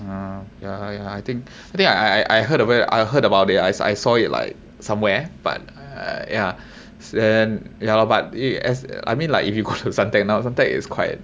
ya yeah yeah I think I think I I heard of it I heard about it I saw it like somewhere but uh yeah and then you know but as~ I mean like if you go to suntec now suntec is quite